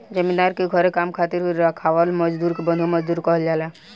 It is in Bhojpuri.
जमींदार के घरे काम करे खातिर राखल मजदुर के बंधुआ मजदूर कहल जाला